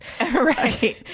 right